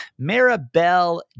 Maribel